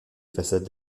façades